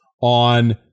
on